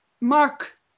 mark